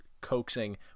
coaxing